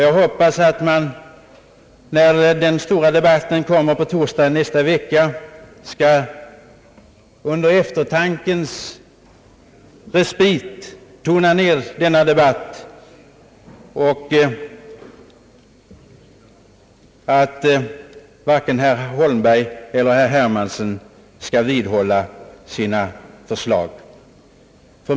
Jag hoppas att man, inför torsdag i nästa vecka, skall under eftertankens respit tona ner denna debatt och att varken herr Holmberg eller herr Hermansson skall vidhålla sina förslag.